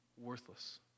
worthless